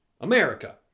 America